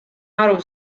aru